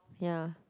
ya